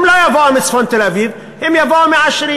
הם לא יבואו מצפון תל-אביב, הם לא יבואו מהעשירים.